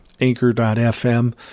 anchor.fm